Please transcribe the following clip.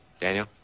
Daniel